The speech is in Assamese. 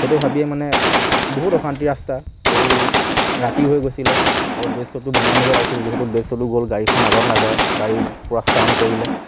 সেইতো ভাবিয়ে মানে বহুত অশান্তি ৰাস্তা আৰু ৰাতিও হৈ গৈছিলে আৰু ব্ৰেক চোটো বনাই আনিব লাগিছিল যিহেতু ব্ৰেক চোটো গ'ল গাড়ীখন আগত নাযায় গাড়ী পূৰা চাউণ্ড কৰিলে